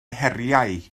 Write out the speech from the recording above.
heriau